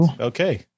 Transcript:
Okay